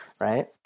right